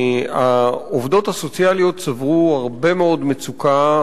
העובדות הסוציאליות צברו הרבה מאוד מצוקה,